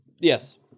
Yes